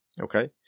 Okay